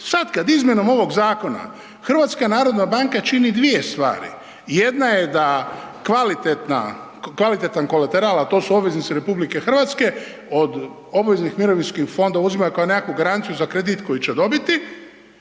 Sad kad izmjenom ovog zakona HNB čini dvije stvari, jedna je da kvalitetan kolateral, a to su obveznice RH, od obaveznih mirovinskih fondova uzimaju kao nekakvu garanciju za kredit koji će dobiti,